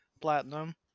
Platinum